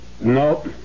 No